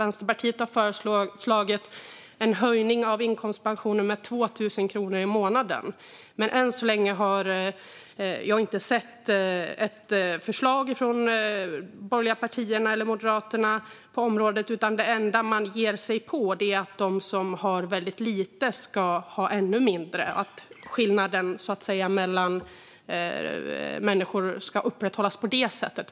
Vänsterpartiet har föreslagit en höjning av inkomstpensionen med 2 000 kronor i månaden. Än så länge har jag inte sett något förslag på området från Moderaterna eller de borgerliga partierna, utan det enda de ger sig på är att de som har väldigt lite ska ha ännu mindre, så att skillnaden mellan människor ska upprätthållas på det sättet.